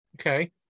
Okay